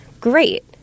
Great